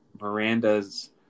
Miranda's